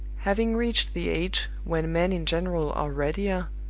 having reached the age when men in general are readier,